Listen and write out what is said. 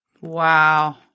Wow